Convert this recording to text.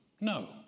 No